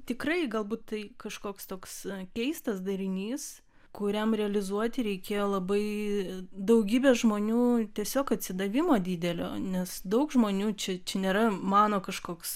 tikrai galbūt tai kažkoks toks keistas darinys kuriam realizuoti reikėjo labai daugybė žmonių tiesiog atsidavimo didelio nes daug žmonių čia čia nėra mano kažkoks